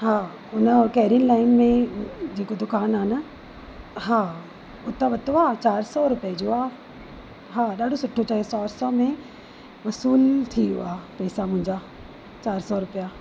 हा हुनजो कैरीन लाइन में जेको दुकानु आहे न हा हुतां वरितो आहे चारि सौ रूपे जो आहे हा ॾाढो सुठो चॉइस आहे असांमें वसूल थी वियो आहे पेसा मुंहिजा चारि सौ रूपिया